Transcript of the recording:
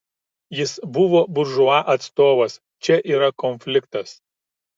jis buvo buržua atstovas čia yra konfliktas